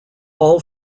all